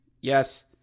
Yes